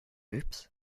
oops